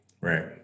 Right